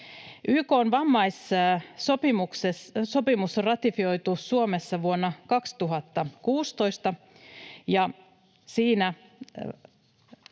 YK:n vammaissopimus on ratifioitu Suomessa vuonna 2016,